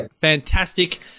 fantastic